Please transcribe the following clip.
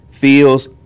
feels